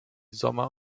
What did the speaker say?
sommer